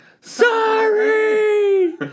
sorry